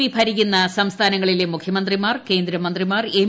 P ഭരിക്കുന്ന സംസ്ഥാനങ്ങളിലെ മുഖ്യമന്ത്രിമാർ കേന്ദ്രമന്ത്രിമാർ എം